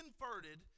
converted